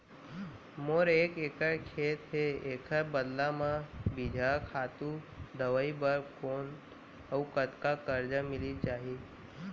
मोर एक एक्कड़ खेत हे, एखर बदला म बीजहा, खातू, दवई बर कोन अऊ कतका करजा मिलिस जाही?